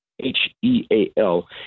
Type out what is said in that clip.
H-E-A-L